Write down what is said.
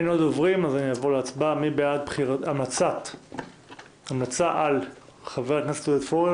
מי בעד המלצה על חבר הכנסת עודד פורר